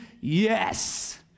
yes